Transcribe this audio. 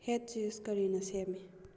ꯍꯦꯠ ꯆꯤꯁ ꯀꯔꯤꯅ ꯁꯦꯝꯏ